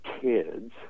kids